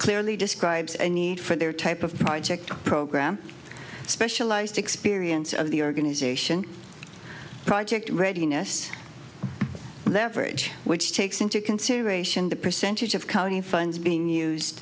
clearly describes a need for their type of project program specialized experience of the organization project readiness their average which takes into consideration the percentage of county funds being used